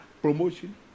promotion